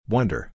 Wonder